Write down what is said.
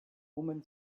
woman